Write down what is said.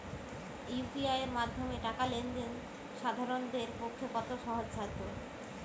UPI এর মাধ্যমে টাকা লেন দেন সাধারনদের পক্ষে কতটা সহজসাধ্য?